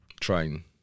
Train